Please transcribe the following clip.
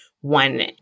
one